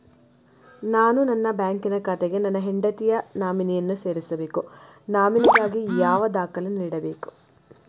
ನಾನು ನನ್ನ ಬ್ಯಾಂಕಿನ ಖಾತೆಗೆ ನನ್ನ ಹೆಂಡತಿಯ ನಾಮಿನಿಯನ್ನು ಸೇರಿಸಬೇಕು ನಾಮಿನಿಗಾಗಿ ಯಾವ ದಾಖಲೆ ನೀಡಬೇಕು?